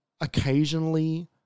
occasionally